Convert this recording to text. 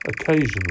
occasionally